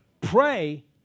pray